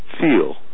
feel